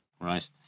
Right